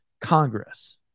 Congress